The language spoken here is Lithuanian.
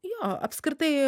jo apskritai